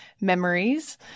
memories